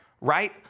Right